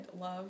love